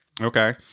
Okay